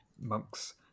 monks